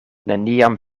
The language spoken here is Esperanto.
neniam